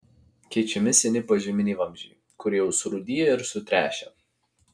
keičiami seni požeminiai vamzdžiai kurie jau surūdiję ir sutręšę